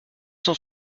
cent